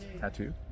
tattoo